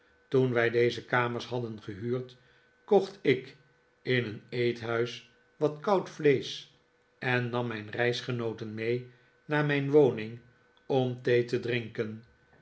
toen wij deze kamers hadden gehuurd kocht ik in een eethuis wat koud vleesch en nam mijn reisgenooten mee naar mijn woning om thee te drinken